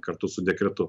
kartu su dekretu